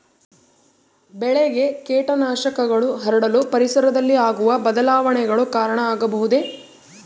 ಬೆಳೆಗೆ ಕೇಟನಾಶಕಗಳು ಹರಡಲು ಪರಿಸರದಲ್ಲಿ ಆಗುವ ಬದಲಾವಣೆಗಳು ಕಾರಣ ಆಗಬಹುದೇ?